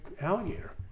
alligator